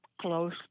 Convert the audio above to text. close